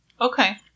Okay